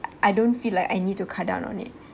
I I don't feel like I need to cut down on it